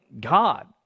God